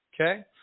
Okay